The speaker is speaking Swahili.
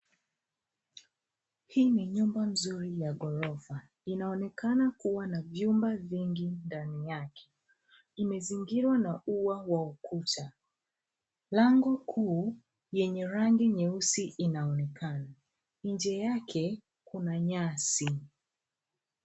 Hii ni nyumba nzuri ya ghorofa inaonekana kuwa na vyumba vingi ndani yake. Imezingirwa na ua wa ukuta. Lango kuu yenye rangi nyeusi inaonekana. Nje yake kuna nyasi.